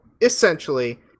essentially